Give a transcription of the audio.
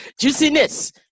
juiciness